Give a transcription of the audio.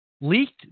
leaked